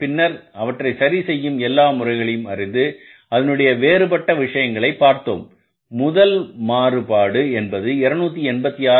பின்னர் அவற்றை சரி செய்யும் எல்லா முறைகளையும் அறிந்து அதனுடைய வேறுபட்ட விஷயங்களை பார்த்தோம் முதல் மாறுபாடு என்பது 286